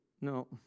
no